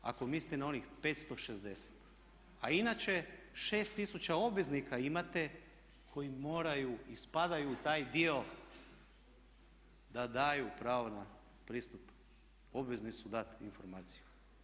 Ako mislite na onih 560, a inače 6 tisuća obveznika imate koji moraju i spadaju u taj dio da daju pravo na pristup, obvezni su dati informaciju.